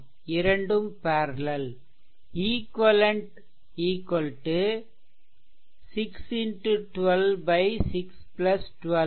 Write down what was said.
6 Ω மற்றும் 12 Ω இரண்டும் பேர்லெல்